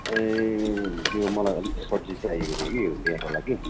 ए त्यो मलाई अलिक सब्जी चाहिएको थियो कि बिहाको लागि